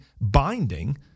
binding